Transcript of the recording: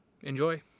Enjoy